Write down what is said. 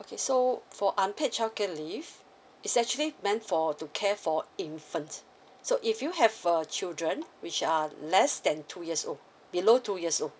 okay so for unpaid childcare leave it's actually meant for to care for infant so if you have a children which are less than two years old below two years old